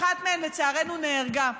אחת מהם לצערנו נהרגה,